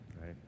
Right